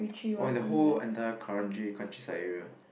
oh the whole entire Kranji countryside area